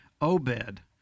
Obed